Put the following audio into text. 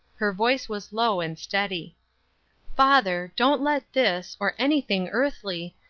her voice was low and steady father, don't let this, or anything earthly,